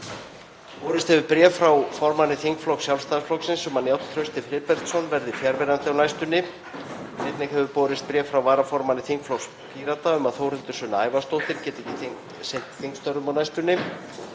Borist hefur bréf frá formanni þingflokks Sjálfstæðisflokksins um að Njáll Trausti Friðbertsson verði fjarverandi á næstunni. Einnig hefur borist bréf frá varaformanni þingflokks Pírata um að Þórhildur Sunna Ævarsdóttir geti ekki sinnt þingstörfum á næstunni.